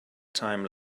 time